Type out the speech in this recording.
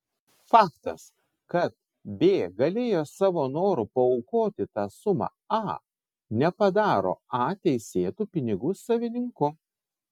faktas kad b galėjo savo noru paaukoti tą sumą a nepadaro a teisėtu pinigų savininku